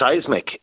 seismic